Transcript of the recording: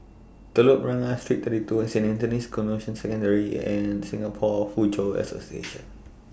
Telok Blangah Street thirty two Saint Anthony's Canossian Secondary and Singapore Foochow Association